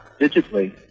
digitally